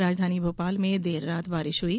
राजधानी भोपाल में देर रात बारिश हुई